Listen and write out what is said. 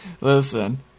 Listen